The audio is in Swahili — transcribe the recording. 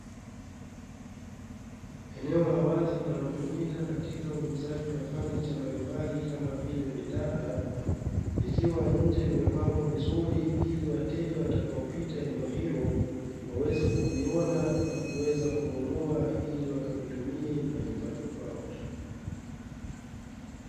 Eneo la wazi linalotumika katika uuzaji wa fanicha mbalimbali kama vile vitanda ikiwa nje vimepangwa vizuri ili wateja watakaopita eneo hilo, waweze kuviona na kuweza kununua ili wakavitumie majumbani kwao.